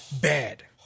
bad